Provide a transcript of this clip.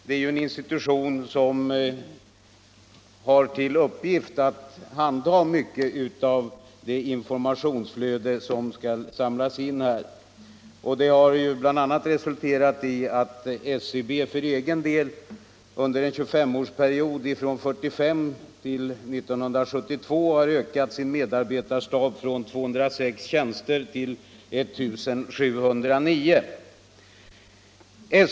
Den är ju en institution som har till uppgift att handha mycket av det informationsflöde som skall samlas in, och det har bl.a. resulterat i att SCB för egen del under en 25-årsperiod från 1945 till 1972 har ökat sin medarbetarstab från 286 tjänster till 1 709.